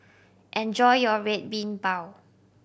enjoy your Red Bean Bao